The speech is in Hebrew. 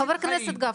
חבר הכנסת גפני,